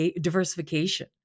diversification